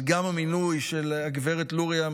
גם המינוי של גב' לוריא,